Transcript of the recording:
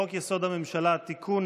חוק-יסוד: הממשלה (תיקון,